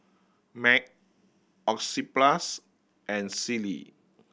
Mac Oxyplus and Sealy